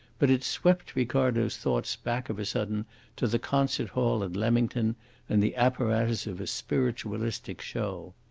but it swept ricardo's thoughts back of a sudden to the concert-hall at leamington and the apparatus of a spiritualistic show.